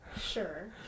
Sure